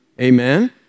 Amen